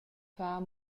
far